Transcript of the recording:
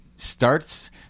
starts